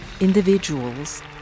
individuals